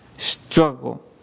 struggle